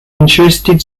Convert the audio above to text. interested